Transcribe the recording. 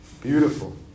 Beautiful